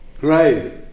Great